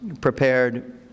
prepared